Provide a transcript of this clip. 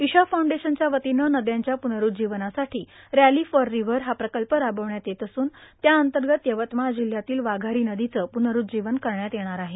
ईशा फाऊंडेशनच्या वतीनं नद्यांच्या पुनरुज्जीवनासाठी रॅलां फॉर रिव्हर हा प्रकल्प रार्बावण्यात येत असून त्याअंतगत यवतमाळ जिल्ह्यातील वाघारो नदीचं प्नरुज्जीवन करण्यात येणार आहे